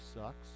sucks